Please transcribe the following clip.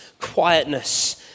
quietness